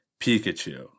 Pikachu